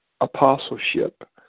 apostleship